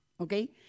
Okay